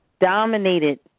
dominated